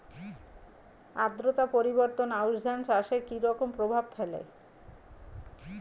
আদ্রতা পরিবর্তন আউশ ধান চাষে কি রকম প্রভাব ফেলে?